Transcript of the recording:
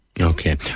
Okay